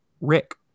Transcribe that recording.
Rick